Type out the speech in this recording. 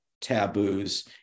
taboos